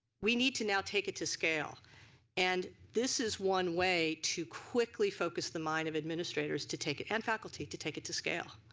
we need to now take it to scale and this is one way to quickly focus the mind of administrators to take it and faculty to take it to scale.